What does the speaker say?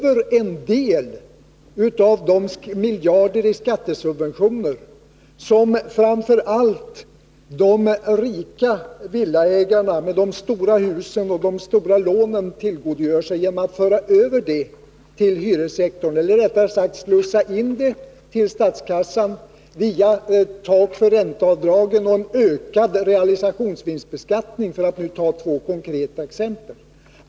En del av de miljarder i skattesubventioner som framför allt de rika villaägarna med de stora husen och de stora lånen tillgodogör sig kan föras över till hyressektorn, eller rättare sagt slussas in till statskassan, via ett tak för ränteavdragen och en ökad realisationsvinstbeskattning — för att nu ta två konkreta exempel.